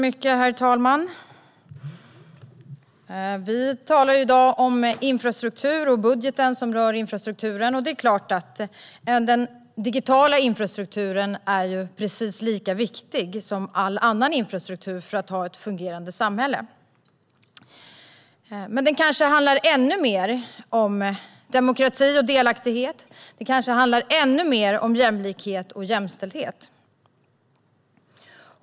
Herr talman! Vi talar i dag om infrastruktur och budgeten som rör infrastrukturen. Det är klart att den digitala infrastrukturen är precis lika viktig som all annan infrastruktur för att ha ett fungerande samhälle. Men det kanske handlar ännu mer om demokrati, delaktighet, jämlikhet och jämställdhet.